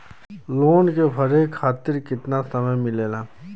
Loan के भरे खातिर कितना समय मिलेला?